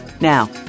Now